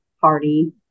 party